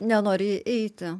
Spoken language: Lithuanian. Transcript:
nenori eiti